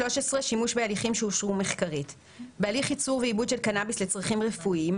שימוש בהליכים 13. בהליך ייצור ועיבוד של קנאביס לצרכים רפואיים,